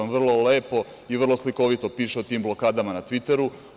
On vrlo lepo i vrlo slikovito piše o tim blokadama na tviteru.